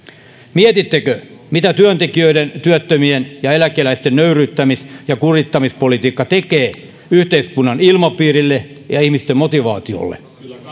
mietittekö mitä työntekijöiden työttömien ja eläkeläisten nöyryyttämis ja kurittamispolitiikka tekee yhteiskunnan ilmapiirille ja ihmisten motivaatiolle